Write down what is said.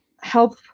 help